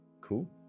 Cool